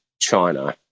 China